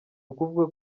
ukuvuga